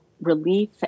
relief